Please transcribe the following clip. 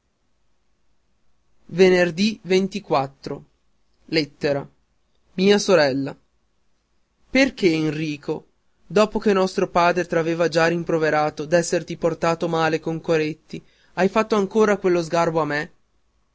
mia sorella veda erché nrico dopo che nostro padre t'aveva già rimproverato d'esserti portato male con coretti hai fatto ancora quello sgarbo a me